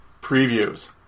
previews